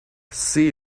see